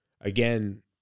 Again